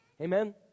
Amen